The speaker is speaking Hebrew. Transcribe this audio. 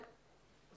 אבל הבעיה שלנו,